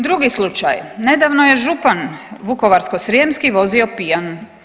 Drugi slučaj, nedavno je župan Vukovarsko-srijemski vozio pijan.